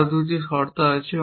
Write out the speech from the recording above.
আরো দুটি শর্ত আছে